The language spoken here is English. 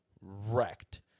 wrecked